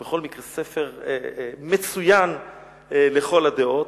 בכל מקרה, ספר מצוין לכל הדעות,